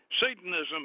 Satanism